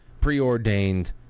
preordained